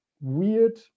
weird